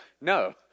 no